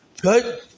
Good